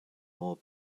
more